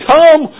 Come